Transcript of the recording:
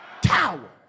tower